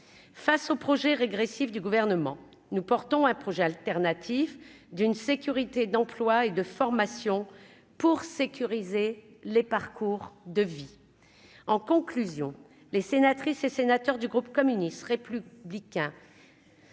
face au projet régressif du gouvernement, nous portons un projet alternatif d'une sécurité d'emploi et de formation pour sécuriser les parcours de vie en conclusion les sénatrices et sénateurs du groupe communiste serait